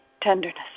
tenderness